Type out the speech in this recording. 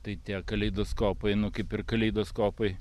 tai tie kaleidoskopai nu kaip ir kaleidoskopai